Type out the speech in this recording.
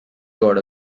got